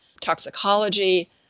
toxicology